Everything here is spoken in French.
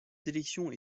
sélection